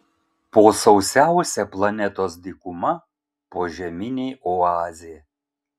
po sausiausia planetos dykuma požeminė oazė